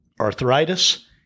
arthritis